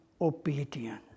obedience